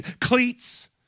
cleats